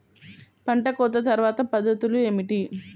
పంట కోత తర్వాత పద్ధతులు ఏమిటి?